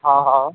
हा हा